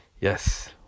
Yes